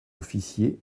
officiers